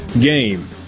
game